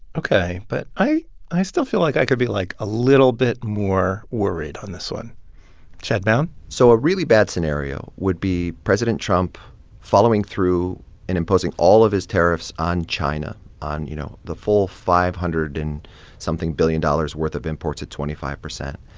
ok. but i i still feel like i could be, like, a little bit more worried on this one chad bown so a really bad scenario would be president trump following through in imposing all of his tariffs on china on, you know, the full five hundred and something billion dollars' worth of imports at twenty five percent.